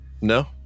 No